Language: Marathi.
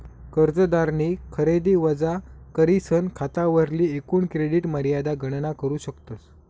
कर्जदारनी खरेदी वजा करीसन खातावरली एकूण क्रेडिट मर्यादा गणना करू शकतस